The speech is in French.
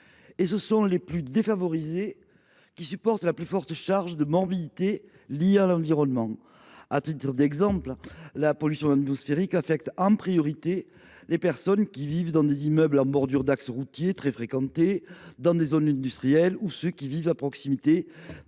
et ce sont les plus défavorisés qui supportent la plus forte charge de morbidité liée à l’environnement. À titre d’exemple, la pollution atmosphérique affecte en priorité les personnes vivant dans des immeubles en bordure d’axes routiers très fréquentés et dans des zones industrielles, ou ceux qui vivent à proximité